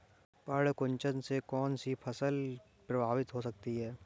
पर्ण कुंचन से कौन कौन सी फसल प्रभावित हो सकती है?